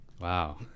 Wow